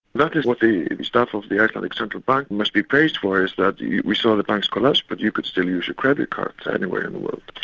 that is what the the staff of the icelandic central bank must be praised for, is that we saw the banks collapse, but you could still use your credit cards anywhere in the world.